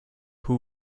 who